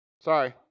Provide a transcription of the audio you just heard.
Sorry